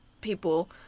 people